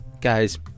Guys